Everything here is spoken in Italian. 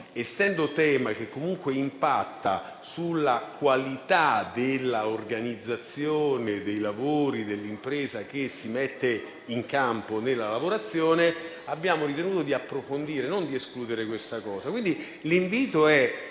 Essendo un tema che comunque impatta sulla qualità dell'organizzazione dei lavori dell'impresa che si mette in campo nella lavorazione, abbiamo ritenuto di approfondire e non di escludere questa proposta.